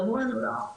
אמרו לנו לא,